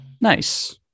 Nice